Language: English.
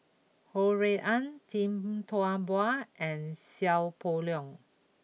Ho Rui An Tee Tua Ba and Seow Poh Leng